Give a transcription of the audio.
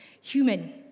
Human